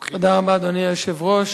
אדוני היושב-ראש,